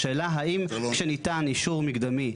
השאלה האם כשניתן אישור מקדמי,